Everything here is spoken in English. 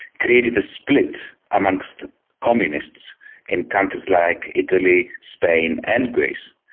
created a split amongst communists in countries like italy, spain and greece,